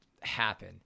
happen